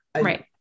Right